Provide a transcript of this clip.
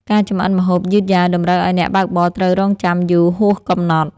ការចម្អិនម្ហូបយឺតយ៉ាវតម្រូវឱ្យអ្នកបើកបរត្រូវរង់ចាំយូរហួសកំណត់។